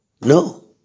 No